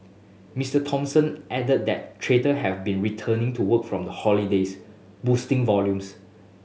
Mister Thompson added that trader have been returning to work from the holidays boosting volumes